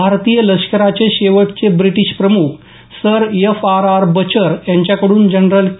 भारतीय लष्कराचे शेवटचे ब्रिटिश प्रमुख सर एफआरआर बचर यांच्याकडून जनरल के